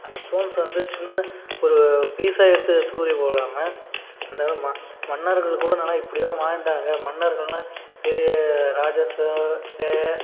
அந்த ஸ்டோன்ஸை வந்து சின்ன ஒரு பீஸை எடுத்து தூக்கி போடாமல் அந்த ம மன்னர்கள் கூட நல்லா இப்படி தான் வாழ்ந்தாங்க மன்னர்களெலாம் பெரிய ராஜ சோ சேர